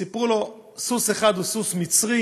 סיפרו לו: סוס אחד הוא סוס מצרי,